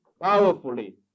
powerfully